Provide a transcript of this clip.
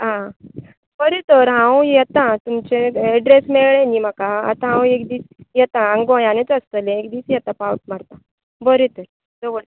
हां बरें तर हांव येतां तुमचें ऍड्रॅस मेळ्ळें न्ही म्हाका आतां हांव एक दीस येतां हांगा गोंयानूच आसतलें एक दीस येता फावट मारता बरें तर दवरता